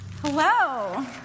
Hello